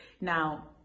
now